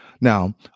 Now